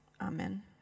Amen